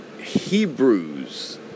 Hebrews